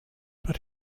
but